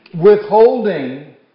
Withholding